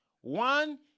one